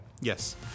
Yes